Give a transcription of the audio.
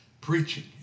preaching